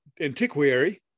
antiquary